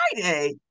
Friday